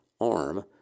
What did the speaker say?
arm